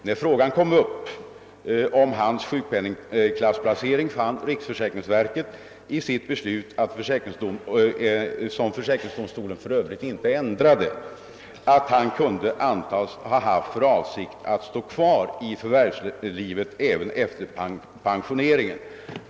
När frågan om hans sjukpenningklassplacering kom upp fann riksförsäkringsverket i sitt beslut, som försäkringsdomstolen inte ändrade, att han kunde antas ha haft för avsikt att stå kvar i förvärvslivet även efter pensioneringen.